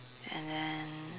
and then